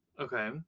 Okay